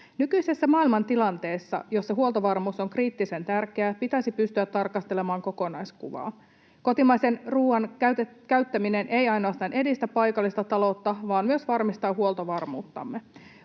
Nykyisessä maailmantilanteessa, jossa huoltovarmuus on kriittisen tärkeää, pitäisi pystyä tarkastelemaan kokonaiskuvaa. Kotimaisen ruuan käyttäminen ei ainoastaan edistä paikallista taloutta, vaan myös varmistaa huoltovarmuuttamme.